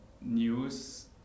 news